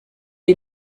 est